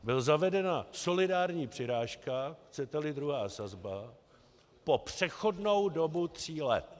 Byla zavedena solidární přirážka, chceteli, druhá sazba, po přechodnou dobu tří let.